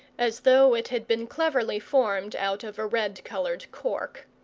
as though it had been cleverly formed out of a red coloured cork.